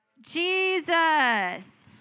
Jesus